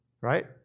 Right